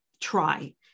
try